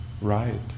right